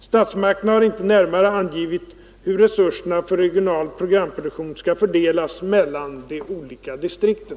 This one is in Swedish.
Statsmakterna har inte närmare angivit hur resurserna för regional programproduktion skall fördelas mellan de olika distrikten.